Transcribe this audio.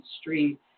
street